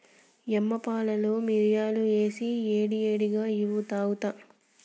యమ్మ పాలలో మిరియాలు ఏసి ఏడి ఏడిగా ఇవ్వు తాగుత